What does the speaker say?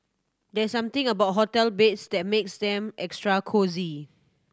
there's something about hotel beds that makes them extra cosy